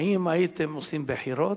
האם הייתם עושים בחירות?